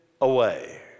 away